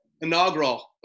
Inaugural